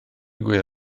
digwydd